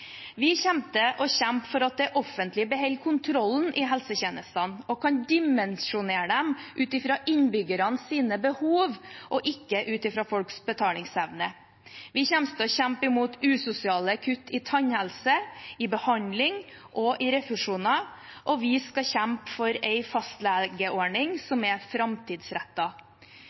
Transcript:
kommer til å kjempe for at det offentlige beholder kontrollen i helsetjenestene og kan dimensjonere dem ut fra innbyggernes behov og ikke ut fra folks betalingsevne. Vi kommer til å kjempe imot usosiale kutt i tannhelse, i behandling og i refusjoner, og vi skal kjempe for en fastlegeordning som er